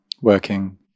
working